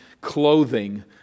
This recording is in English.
clothing